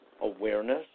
awareness